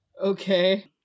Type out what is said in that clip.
Okay